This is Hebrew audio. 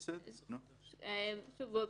שוב,